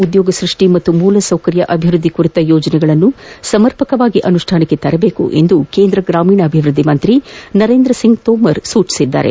ಉದ್ದೋಗ ಸೃಷ್ಟಿ ಹಾಗೂ ಮೂಲ ಸೌಕರ್ಯ ಅಭಿವೃದ್ಧಿ ಕುರಿತ ಯೋಜನೆಗಳನ್ನು ಸಮರ್ಪಕವಾಗಿ ಅನುಷ್ಠಾನಕ್ಕೆ ತರಬೇಕೆಂದು ಕೇಂದ್ರ ಗ್ರಾಮೀಣಾಭಿವೃದ್ದಿ ಸಚಿವ ನರೇಂದ್ರಸಿಂಗ್ ತೋಮರ್ ಸೂಚಿಸಿದ್ದಾರೆ